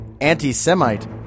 anti-Semite